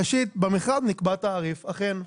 ראשית, במכרז נקבע תעריף, אכן,